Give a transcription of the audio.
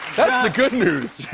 that's the good news.